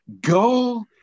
go